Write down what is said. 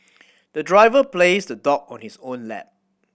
the driver placed the dog on his own lap